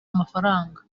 amafaranga